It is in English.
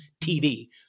TV